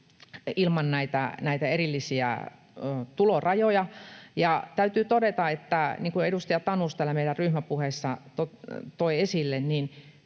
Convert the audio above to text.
ilman erillisiä tulorajoja. Täytyy todeta, niin kuin edustaja Tanus täällä meidän ryhmäpuheessa toi esille,